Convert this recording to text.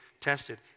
tested